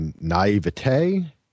naivete